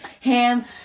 hands